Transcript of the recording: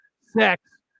sex